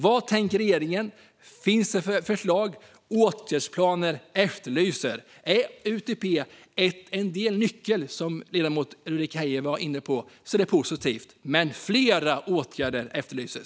Vad tänker regeringen? Finns förslag? Åtgärdsplaner efterlyses! Om UTP är en nyckel, som ledamoten Ulrika Heie var inne på, är det positivt. Men fler åtgärder efterlyses.